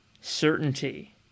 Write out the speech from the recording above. certainty